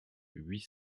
huit